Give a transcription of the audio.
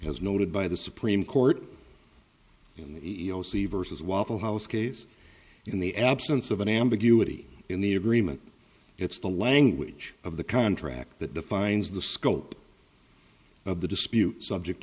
as noted by the supreme court in the e e o c versus waffle house case in the absence of an ambiguity in the agreement it's the language of the contract that defines the scope of the dispute subject